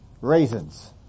raisins